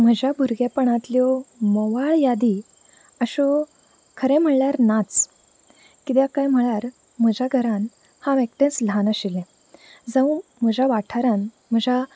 म्हज्या भुरगेंपणांतल्यो म्होवाळ यादी अश्यो खरें म्हळ्यार नाच कित्याक कांय म्हळ्यार म्हज्या घरांन हांव एकटेंच ल्हान आशिल्लें जावं म्हज्या वाठारांत म्हज्या